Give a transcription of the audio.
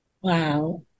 wow